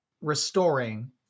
restoring